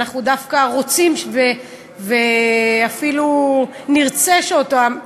ואנחנו דווקא רוצים ואפילו נרצה שאותם,